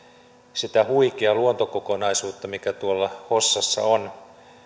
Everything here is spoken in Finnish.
sitä huikeaa luontokokonaisuutta mikä tuolla hossassa on